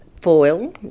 foil